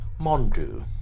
Mondu